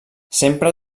sempre